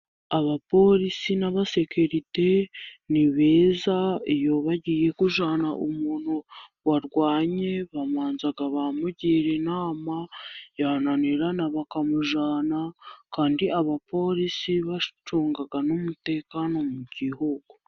Abaporisi n'abasekirite ni beza, iyo bagiye kujyana umuntu warwanye, babanza bamugira inama yananirana bakamujyana. Kandi abaporisi bacunga n'umutekano mu gihugu.